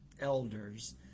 elders